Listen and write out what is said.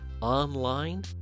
Online